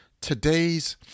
today's